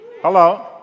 Hello